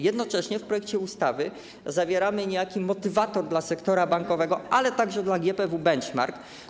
Jednocześnie w projekcie ustawy zawieramy niejaki motywator dla sektora bankowego, ale także dla GPW Benchmark.